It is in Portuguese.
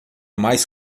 mais